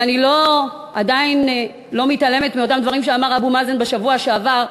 ואני לא מתעלמת מאותם דברים שאמר אבו מאזן בשבוע שעבר.